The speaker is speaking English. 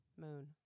moon